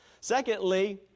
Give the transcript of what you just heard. Secondly